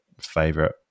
favorite